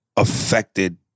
affected